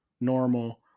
normal